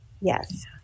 Yes